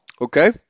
Okay